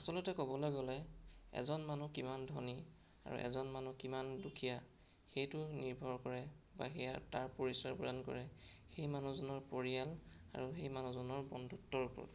আচলতে ক'বলৈ গ'লে এজন মানুহ কিমান ধনী আৰু এজন মানুহ কিমান দুখীয়া সেইটো নিৰ্ভৰ কৰে বা সেয়া তাৰ পৰিচয় প্ৰদান কৰে সেই মানুহজনৰ পৰিয়াল আৰু সেই মানুহজনৰ বন্ধুত্বৰ ওপৰত